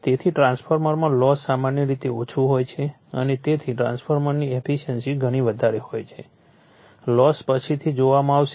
તેથી ટ્રાન્સફોર્મરમાં લોસ સામાન્ય રીતે ઓછું હોય છે અને તેથી ટ્રાન્સફોર્મરની એફિશિયન્સી ઘણી વધારે હોય છે લોસ પછીથી જોવામાં આવશે